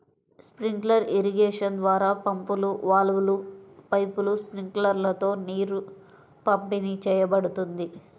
sprinkler irrigation ద్వారా పంపులు, వాల్వ్లు, పైపులు, స్ప్రింక్లర్లతో నీరు పంపిణీ చేయబడుతుంది